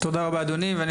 תודה רבה, אדוני.